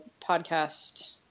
podcast